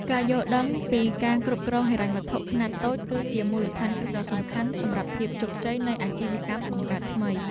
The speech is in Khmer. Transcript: ការយល់ដឹងពីការគ្រប់គ្រងហិរញ្ញវត្ថុខ្នាតតូច គឺជាមូលដ្ឋានគ្រឹះដ៏សំខាន់សម្រាប់ភាពជោគជ័យនៃអាជីវកម្មបង្កើតថ្មី។